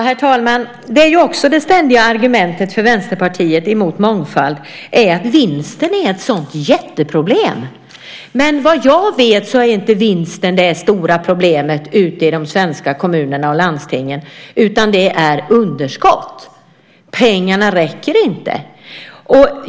Herr talman! Det ständiga argumentet för Vänsterpartiet mot mångfald är att vinsten är ett sådant jätteproblem. Men vad jag vet är inte vinsten det stora problemet ute i de svenska kommunerna och landstingen, utan det är underskott. Pengarna räcker inte.